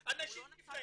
שלהם, אנשים נפלאים.